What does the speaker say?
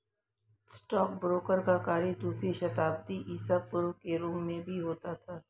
stockbroker का कार्य दूसरी शताब्दी ईसा पूर्व के रोम में भी होता था